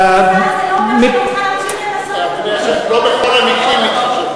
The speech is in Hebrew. זה שאני מנוסה זה לא אומר שאני לא צריכה להמשיך לנסות.